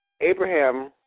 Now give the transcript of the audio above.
Abraham